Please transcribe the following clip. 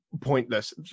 pointless